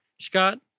Scott